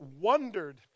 wondered